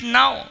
now